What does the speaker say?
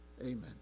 amen